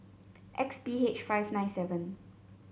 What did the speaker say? X P H five nine seven